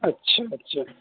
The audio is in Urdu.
اچھا اچھا